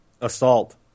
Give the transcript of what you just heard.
assault